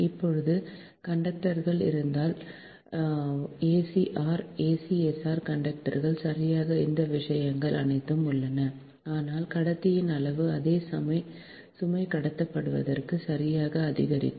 இப்பொழுது கண்டக்டர்கள் இருந்தால் ஏசிஎஸ்ஆர் கண்டக்டர்கள் சரியாக இந்த விஷயங்கள் அனைத்தும் உள்ளன ஆனால் கடத்தியின் அளவு அதே சுமை கடத்தப்படுவதற்கு சரியாக அதிகரிக்கும்